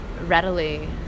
readily